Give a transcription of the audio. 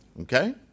Okay